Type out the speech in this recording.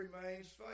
remains